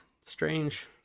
strange